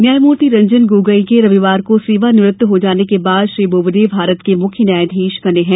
न्यायमूर्ति रंजन गोगोई के रविवार को सेवानिवृत्त हो जाने के बाद श्री बोबडे भारत के मुख्य न्यायाधीश बने हैं